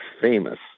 famous